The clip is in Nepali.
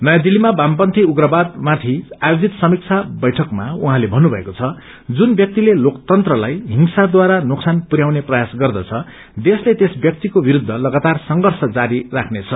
नयाँ दिल्लमा वामपन्थी उप्रवादमाथि आयोजित समीक्षा वैठकमा उहाँले भन्नुभएको छ जुन व्यक्तिले लोकतन्त्रलाई हिंसाबारा नोकतान पुरयाउने प्रयास गर्दछ देशले स्पस व्यक्तिको विस्ख लगातार संघर्ष जारी राख्नेछ